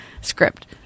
Script